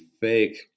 fake